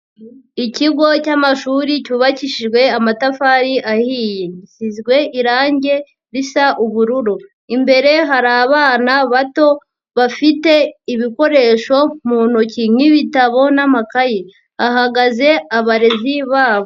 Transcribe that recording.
Ikigo cy'amashuri cyubakishijwe amatafari ahiye, gisizwe irangi risa ubururu imbere hari abana bato bafite ibikoresho mu ntoki nk'ibitabo n'amakayi hahagaze abarezi babo.